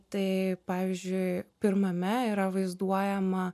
tai pavyzdžiui pirmame yra vaizduojama